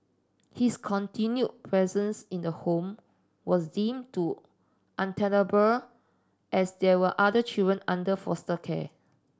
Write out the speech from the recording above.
his continued presence in the home was deemed to untenable as there were other children under foster care